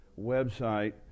website